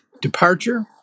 departure